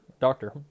doctor